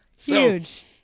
huge